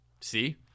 See